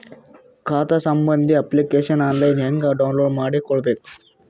ಖಾತಾ ಸಂಬಂಧಿ application online ಹೆಂಗ್ ಡೌನ್ಲೋಡ್ ಮಾಡಿಕೊಳ್ಳಬೇಕು?